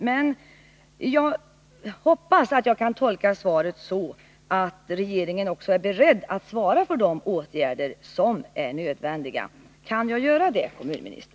Men jag hoppas att jag kan tolka svaret på det sättet att regeringen också är beredd att svara för de åtgärder som är nödvändiga. Kan jag göra det, herr kommunminister?